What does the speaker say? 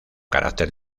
carácter